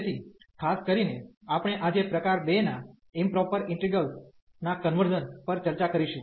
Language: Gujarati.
તેથી ખાસ કરીને આપણે આજે પ્રકાર 2 ના ઇમપ્રોપર ઇન્ટિગ્રેલ્સ ના કન્વર્ઝન પર ચર્ચા કરીશું